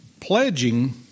pledging